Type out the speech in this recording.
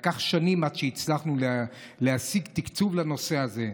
שלקח שנים עד שהצלחנו להשיג תקצוב לנושא הזה,